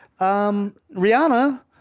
Rihanna